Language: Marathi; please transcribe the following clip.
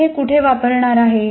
मी हे कुठे वापरणार आहे